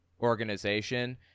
organization